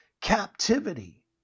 captivity